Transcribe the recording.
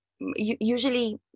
usually